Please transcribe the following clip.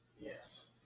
Yes